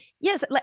yes